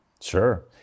Sure